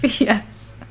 yes